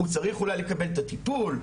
הוא צריך אולי לקבל את הטיפול.